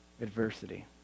Adversity